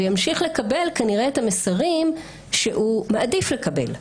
וימשיך לקבל כנראה את המסרים שהוא מעדיף לקבל.